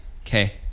okay